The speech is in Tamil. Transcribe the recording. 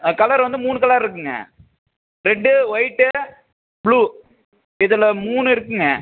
ஆ கலரு வந்து மூணு கலர் இருக்குதுங்க ரெட்டு ஒயிட்டு ப்ளூ இதில் மூணு இருக்குதுங்க